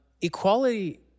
equality